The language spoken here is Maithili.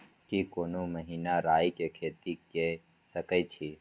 की कोनो महिना राई के खेती के सकैछी?